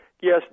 Yes